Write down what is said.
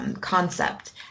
concept